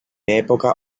epoca